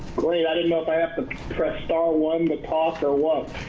great. i didn't know i have to press star one to talk or what.